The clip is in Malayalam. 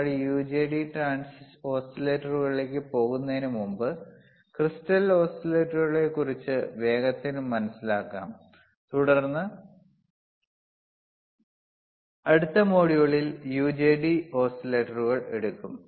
നമ്മൾ യുജെടി ഓസിലേറ്ററുകളിലേക്ക് പോകുന്നതിനുമുമ്പ് ക്രിസ്റ്റൽ ഓസിലേറ്ററുകളെക്കുറിച്ച് വേഗത്തിൽ മനസിലാക്കാം തുടർന്ന് അടുത്ത മോഡ്യൂളിൽ യുജെടി ഓസിലേറ്ററുകൾ എടുക്കും